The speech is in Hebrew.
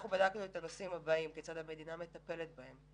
בדקנו את הנושאים הבאים: כיצד המדינה מטפלת בבני